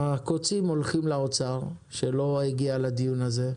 הקוצים הולכים לאוצר, שלא הגיע לדיון הזה,